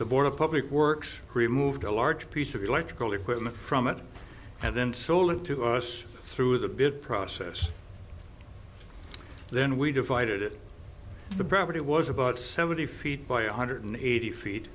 the board of public works removed a large piece of electrical equipment from it and then sold it to us through the bid process then we divided it the property was about seventy feet by one hundred eighty feet